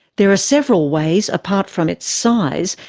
there are several ways, apart from its size,